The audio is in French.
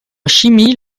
chimie